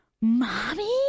Mommy